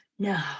No